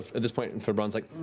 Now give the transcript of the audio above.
at this point and febron's like,